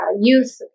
youth